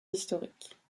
historiques